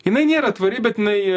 jinai nėra tvari bet jinai